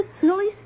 silly